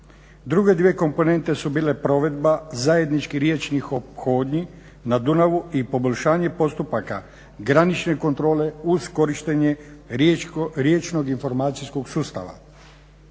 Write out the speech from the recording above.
Druge dvije komponente su bile provedba zajedničkih riječnih ophodnji na Dunavu i poboljšanje postupaka granične kontrole uz korištenje riječnog informacijskog sustava.